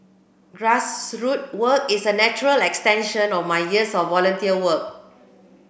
grassroots work is a natural extension of my years of volunteer work